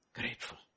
Grateful